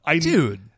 Dude